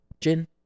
Gin